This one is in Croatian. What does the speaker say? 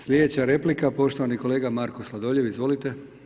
Sljedeća replika poštovani kolega Marko Sladoljev, izvolite.